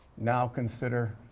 now, consider